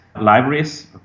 libraries